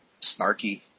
snarky